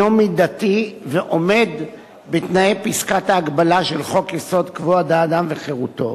מידתי ועומד בתנאי פסקת ההגבלה של חוק-יסוד: כבוד האדם וחירותו.